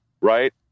Right